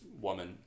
woman